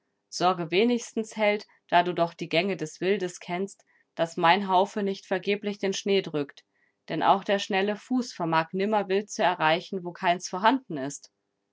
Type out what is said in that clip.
sorge wenigstens held da du doch die gänge des wildes kennst daß mein haufe nicht vergeblich den schnee drückt denn auch der schnelle fuß vermag nimmer wild zu erreichen wo keines vorhanden ist